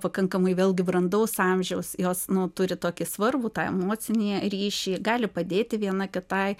pakankamai vėlgi brandaus amžiaus jos nu turi tokį svarbų tą emocinį ryšį gali padėti viena kitai